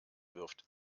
wirft